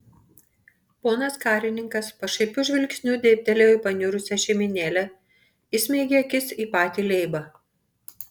ponas karininkas pašaipiu žvilgsniu dėbtelėjo į paniurusią šeimynėlę įsmeigė akis į patį leibą